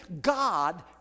God